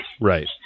Right